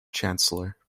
chancellor